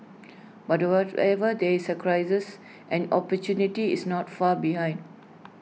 but the whatever there is A crisis an opportunity is not far behind